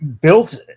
built